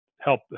help